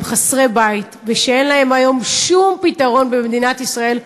שהם חסרי בית ואין להם היום שום פתרון במדינת ישראל,